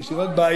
יש לי רק בעיה,